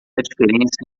diferença